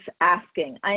asking